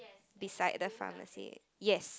beside the pharmacy yes